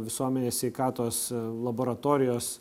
visuomenės sveikatos laboratorijos